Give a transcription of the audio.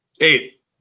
Eight